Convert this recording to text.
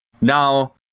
Now